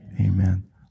Amen